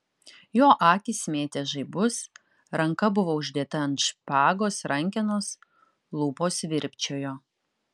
jo akys mėtė žaibus ranka buvo uždėta ant špagos rankenos lūpos virpčiojo